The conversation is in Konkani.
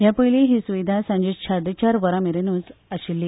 हाचे पयलीं ही सुविधा सांजे साडेचार वरां मेरेनूच आसली